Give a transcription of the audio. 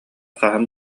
хаһан